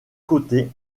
côté